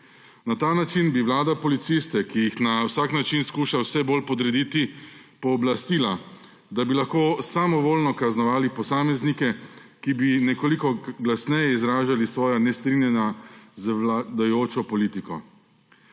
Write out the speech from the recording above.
Na ta način bi vlada policiste, ki jih na vsak način skuša vse bolj podrediti, pooblastila, da bi lahko samovoljno kaznovali posameznike, ki bi nekoliko glasneje izražali svoja nestrinjanja z vladajočo politiko.